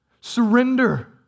surrender